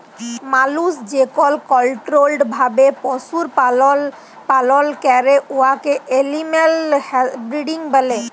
মালুস যেকল কলট্রোল্ড ভাবে পশুর লালল পালল ক্যরে উয়াকে এলিম্যাল ব্রিডিং ব্যলে